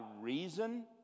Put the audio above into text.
reason